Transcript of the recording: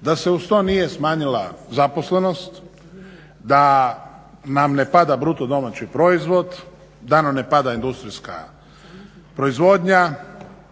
da se uz to nije smanjila zaposlenost, da nam ne pada BDP, da nam ne pada industrijska proizvodnja,